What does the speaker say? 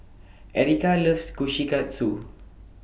Ericka loves Kushikatsu